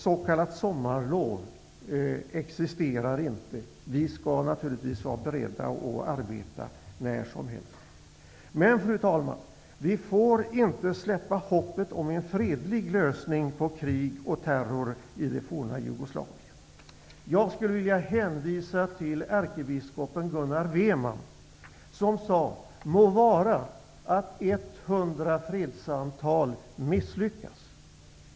S.k. sommarlov existerar inte. Vi skall naturligtvis vara beredda att arbeta när som helst. Fru talman! Men vi får inte överge hoppet om en fredlig lösning på krig och terror i det forna Jugoslavien. Jag skulle vilja hänvisa till ärkebiskop Gunnar Weman, som sade: Må vara att 100 fredssamtal misslyckas.